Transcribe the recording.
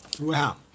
Wow